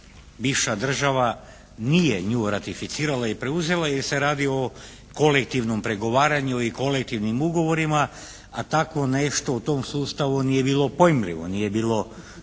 bivša država nije nju ratificirala i preuzela jer se radi o kolektivnom pregovaranju i kolektivnim ugovorima a tako nešto u tom sustavu nije bilo pojmljivo, nije bilo